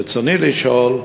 רצוני לשאול: